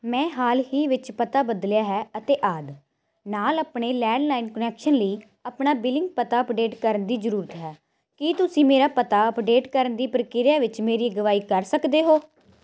ਮੈਂ ਹਾਲ ਹੀ ਵਿੱਚ ਪਤਾ ਬਦਲਿਆ ਹੈ ਅਤੇ ਆਦਿ ਨਾਲ ਆਪਣੇ ਲੈਂਡਲਾਈਨ ਕੁਨੈਕਸ਼ਨ ਲਈ ਆਪਣਾ ਬਿਲਿੰਗ ਪਤਾ ਅੱਪਡੇਟ ਕਰਨ ਦੀ ਜ਼ਰੂਰਤ ਹੈ ਕੀ ਤੁਸੀਂ ਮੇਰਾ ਪਤਾ ਅੱਪਡੇਟ ਕਰਨ ਦੀ ਪ੍ਰਕਿਰਿਆ ਵਿੱਚ ਮੇਰੀ ਅਗਵਾਈ ਕਰ ਸਕਦੇ ਹੋ